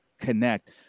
connect